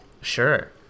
Sure